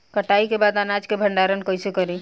कटाई के बाद अनाज का भंडारण कईसे करीं?